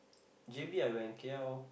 J_B I went K_L